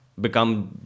become